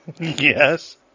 Yes